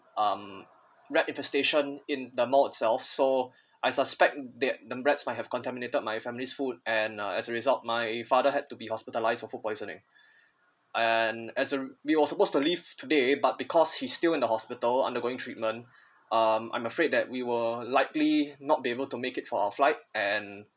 um rat infestation in the mall itself so I suspect that the rats might have contaminated my family's food and uh as a result my father had to be hospitalised for food poisoning and as a we were supposed to leave today but because he still in the hospital undergoing treatment um I'm afraid that we were likely not be able to make it for our flight and